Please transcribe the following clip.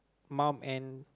mum and